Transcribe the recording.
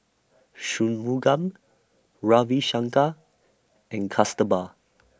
Shunmugam Ravi Shankar and Kasturba